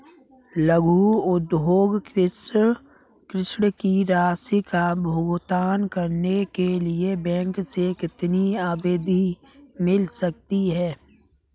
लघु उद्योग ऋण की राशि का भुगतान करने के लिए बैंक से कितनी अवधि मिल सकती है?